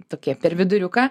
tokie per viduriuką